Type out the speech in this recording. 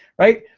right,